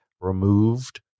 removed